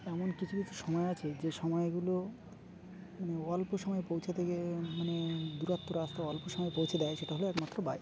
এমন কিছু কিছু সময় আছে যে সময়গুলো মানে অল্প সময় পৌঁছেতে গিয়ে মানে দূরত্ব রাস্তায় অল্প সময় পৌঁছে দেয় সেটা হল একমাত্র বাইক